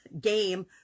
game